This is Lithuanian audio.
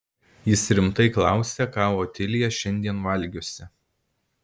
jis rimtai klausia ką otilija šiandien valgiusi